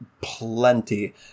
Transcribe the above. plenty